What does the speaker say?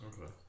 Okay